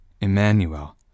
Emmanuel